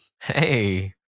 Hey